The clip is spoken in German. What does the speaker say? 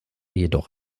jedoch